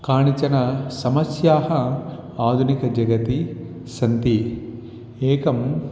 काश्चन समस्याः आधुनिकजगति सन्ति एका